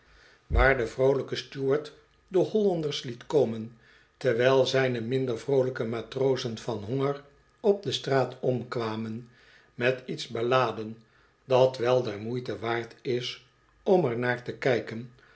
waar de vr o olijk o stuart de hollanders liet komen terwijl zijne minder vroolijke matrozen van honger op de straat omkwamen met iets beladen dat wel der moeite waard is om er naar te kijken